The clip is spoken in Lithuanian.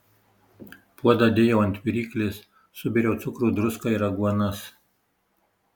puodą dėjau ant viryklės subėriau cukrų druską ir aguonas